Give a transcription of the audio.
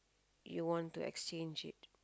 you want to exchange it